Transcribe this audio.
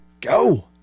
go